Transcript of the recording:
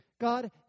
God